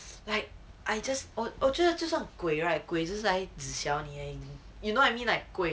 like I just 我觉得就像鬼 right 鬼就是来 zisiao 你而已 you know I mean like 鬼